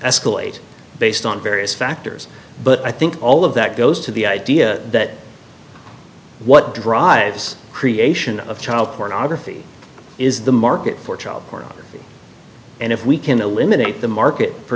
escalate based on various factors but i think all of that goes to the idea that what drives creation of child pornography is the market for child pornography and if we can eliminate the market for